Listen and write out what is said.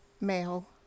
male